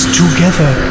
together